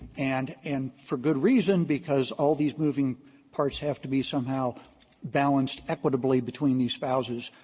and and for good reason, because all these moving parts have to be somehow balanced equitably between these spouses.